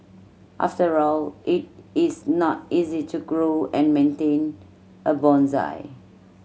after all it is not easy to grow and maintain a bonsai